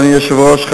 אדוני היושב-ראש,